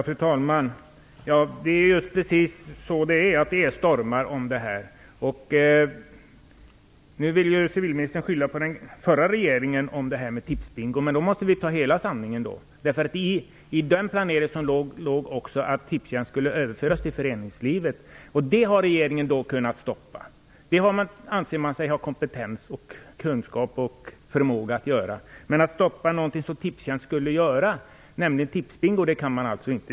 Fru talman! Det är precis så det är. Det är stormar om detta. Nu vill civilministern skylla Tipsbingo på den förra regeringen. Men då måste vi ta hela sanningen. I planeringen låg också att Tipstjänst skulle överföras till föreningslivet. Det har regeringen kunnat stoppa. Det anser man sig ha kompetens, kunskap och förmåga att göra. Men att stoppa något som Tipstjänst skall göra, nämligen Tipsbingo, kan man alltså inte.